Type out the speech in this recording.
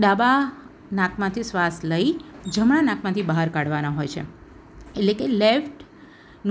ડાબા નાકમાંથી શ્વાસ લઇ જમણા નાકમાંથી બહાર કાઢવાનો હોય છે એટલે કે લેફ્ટ